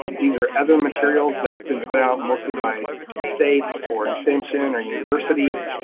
these are other materials that have been put out mostly by states or extension or universities